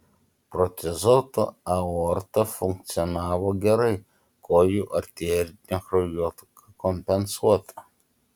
protezuota aorta funkcionavo gerai kojų arterinė kraujotaka kompensuota